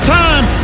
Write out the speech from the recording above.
time